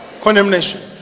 Condemnation